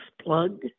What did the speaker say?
plug